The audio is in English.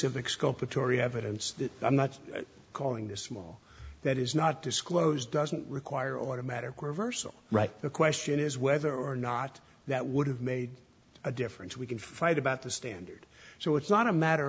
that i'm not calling this law that is not disclosed doesn't require automatic reversal right the question is whether or not that would have made a difference we can fight about the standard so it's not a matter